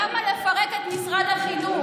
למה לפרק את משרד החינוך?